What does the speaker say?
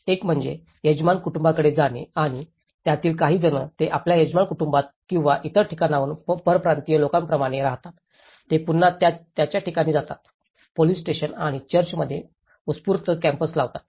एक म्हणजे यजमान कुटूंबाकडे जाणे आणि त्यांच्यातील काही जण ते आपल्या यजमान कुटुंबात किंवा इतर ठिकाणाहून परप्रांतीय लोकांप्रमाणेच राहतात ते पुन्हा त्यांच्या ठिकाणी जातात पोलिस स्टेशन आणि चर्चमध्ये उत्स्फूर्त कॅम्प्से लावतात